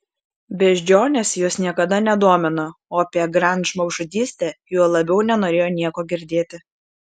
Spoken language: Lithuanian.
beždžionės jos niekada nedomino o apie grand žmogžudystę juo labiau nenorėjo nieko girdėti